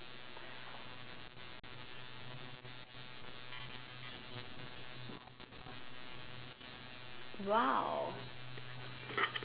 !wow!